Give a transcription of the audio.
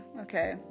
okay